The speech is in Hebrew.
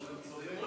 הנושא